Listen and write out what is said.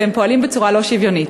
והם פועלים בצורה לא שוויונית.